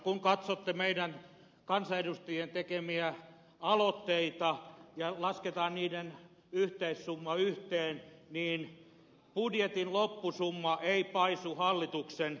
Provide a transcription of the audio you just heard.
kun katsotte meidän kansanedustajien tekemiä aloitteita ja lasketaan niiden summa yhteen niin budjetin loppusumma ei paisu hallituksen esittämästä